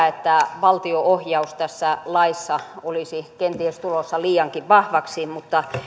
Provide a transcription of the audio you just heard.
että valtio ohjaus tässä laissa olisi kenties tulossa liiankin vahvaksi mutta